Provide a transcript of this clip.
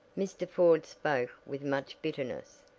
mr. ford spoke with much bitterness.